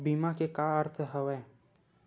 बीमा के का अर्थ हवय?